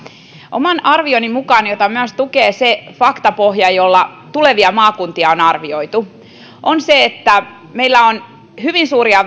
oman arvioni mukaan jota myös tukee se faktapohja jolla tulevia maakuntia on arvioitu meillä on hyvin suuria